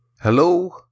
Hello